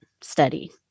Study